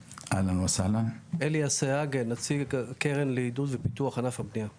אני נציג הקרן לעידוד ופיתוח ענף הבנייה בישראל.